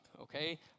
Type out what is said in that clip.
Okay